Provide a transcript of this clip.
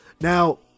Now